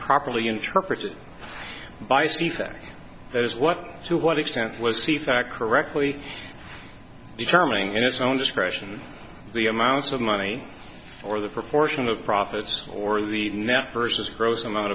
properly interpreted by see fact as what to what extent was he fact correctly determining in its own discretion the amounts of money or the proportion of profits or the net versus gross amount